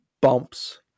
bumps